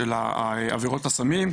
עבירות הסמים,